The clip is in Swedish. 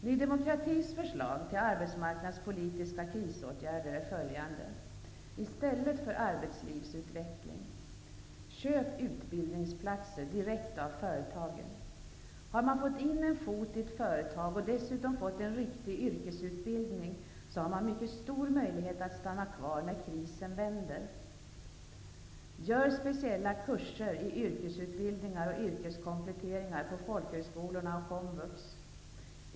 Ny demokratis förslag till arbetsmarknadspolitiska åtgärder, i stället för arbetslivsutveckling, är följande: Köp utbildningsplatser direkt av företagen. Har man fått in en fot i ett företag och dessutom fått en riktig yrkesutbildning, har man mycket stor möjlighet att stanna kvar när krisen vänder. Gör speciella kurser i yrkesutbildningar och yrkeskompletteringar på folkhögskolorna och komvux.